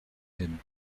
him